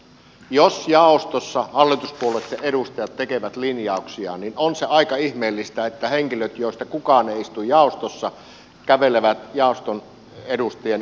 jos jaostossa hallituspuolueitten edustajat tekevät linjauksiaan niin on se aika ihmeellistä että henkilöt joista kukaan ei istu jaostossa kävelevät jaoston edustajien yli